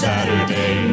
Saturday